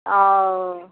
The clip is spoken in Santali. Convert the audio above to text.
ᱚᱻ